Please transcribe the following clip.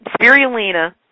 spirulina